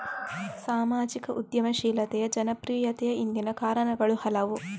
ಸಾಮಾಜಿಕ ಉದ್ಯಮಶೀಲತೆಯ ಜನಪ್ರಿಯತೆಯ ಹಿಂದಿನ ಕಾರಣಗಳು ಹಲವು